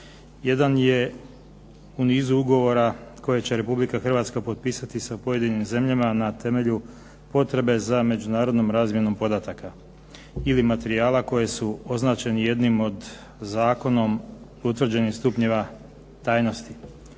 jedan je u nizu ugovora koje će Republika Hrvatska potpisati sa pojedinim zemljama na temelju potrebe za međunarodnom razmjenom podataka ili materijala koji su označeni jednim zakonom utvrđenih stupnjeva tajnosti.